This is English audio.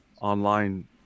online